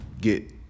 get